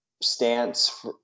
stance